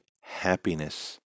happiness